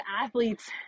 athletes